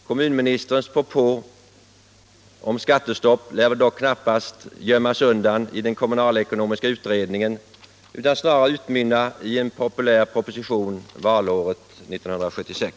Kommunministerns propå om skattestopp lär dock knappast gömmas undan i den kommunalekonomiska utredningen utan snarare utmynna i en populär proposition valåret 1976.